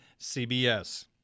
CBS